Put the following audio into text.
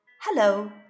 Hello